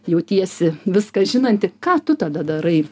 jautiesi viską žinanti ką tu tada darai